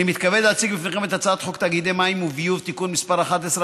אני מתכבד להציג בפניכם את הצעת חוק תאגידי מים וביוב (תיקון מס' 11),